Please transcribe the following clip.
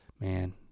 Man